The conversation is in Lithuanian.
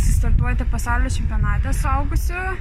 startuoti pasaulio čempionate saugusių